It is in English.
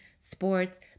sports